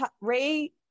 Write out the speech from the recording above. Ray